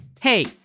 Hey